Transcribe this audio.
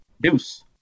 deuce